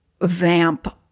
vamp